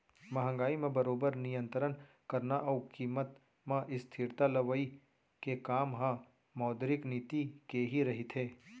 महंगाई म बरोबर नियंतरन करना अउ कीमत म स्थिरता लवई के काम ह मौद्रिक नीति के ही रहिथे